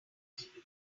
family